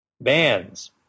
Bands